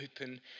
open